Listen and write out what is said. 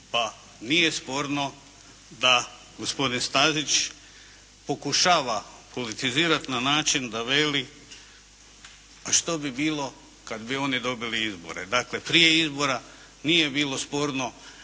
pa nije sporno da gospodin Stazić pokušava politizirati na način da veli: a što bi bilo kada bi oni dobili izbore. Dakle prije izbora nije bilo sporno